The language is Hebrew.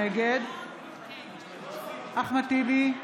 נגד אחמד טיבי,